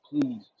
please